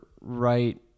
right